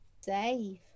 Save